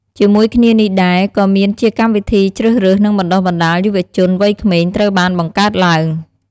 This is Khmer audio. ជាមួយគ្នានេះដែរ ក៏មានជាកម្មវិធីជ្រើសរើស និងបណ្ដុះបណ្ដាលយុវជនវ័យក្មេងត្រូវបានបង្កើតឡើង។